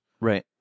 Right